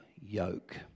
yoke